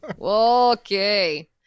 Okay